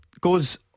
goes